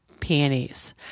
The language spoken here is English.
peonies